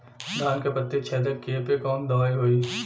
धान के पत्ती छेदक कियेपे कवन दवाई होई?